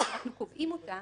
שאנחנו קובעים אותה,